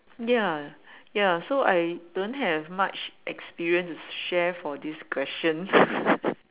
ya ya so I don't have much experience to share for this question